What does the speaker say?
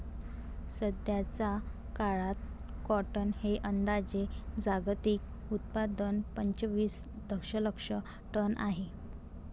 सध्याचा काळात कॉटन हे अंदाजे जागतिक उत्पादन पंचवीस दशलक्ष टन आहे